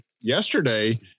Yesterday